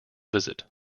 visit